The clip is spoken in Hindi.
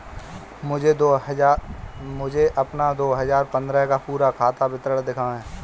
मुझे अपना दो हजार पन्द्रह का पूरा खाता विवरण दिखाएँ?